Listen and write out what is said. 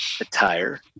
attire